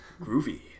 groovy